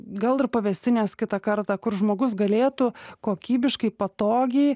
gal ir pavėsinės kitą kartą kur žmogus galėtų kokybiškai patogiai